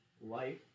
life